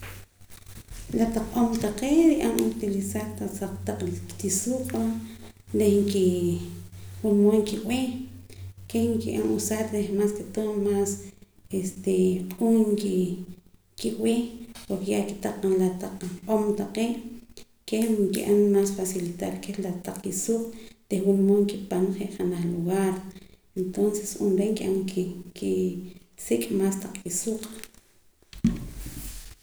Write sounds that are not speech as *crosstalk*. La taq om taqee' nri'an utilizar *unintelligible* taq kisuuq' va reh nki wulmood nkib'ee keh nki'an usar reh maas ke todo reh maas *hesitation* q'uun kib'ee porke ya taq taq om taqee' keh nki'an maas facilitar taq kisuuq' reh wula mood nkipana reh janaj lugar entonces ru'uum re' nki ki nkisik' maas taq kisuusq' *noise*